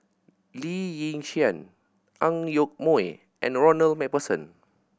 Lee Yi Shyan Ang Yoke Mooi and Ronald Macpherson